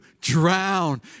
drown